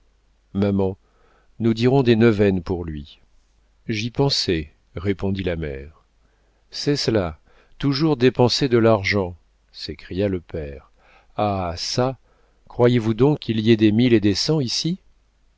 maman nous dirons des neuvaines pour lui j'y pensais répondit la mère c'est cela toujours dépenser de l'argent s'écria le père ah çà croyez-vous donc qu'il y ait des mille et des cent ici